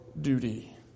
duty